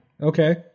Okay